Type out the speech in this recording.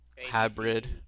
hybrid